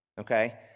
okay